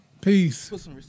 Peace